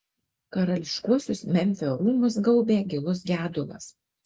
karališkuosius memfio rūmus gaubė gilus gedulas